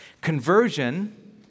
Conversion